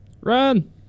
Run